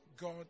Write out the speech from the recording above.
God